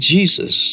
Jesus